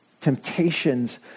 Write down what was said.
temptations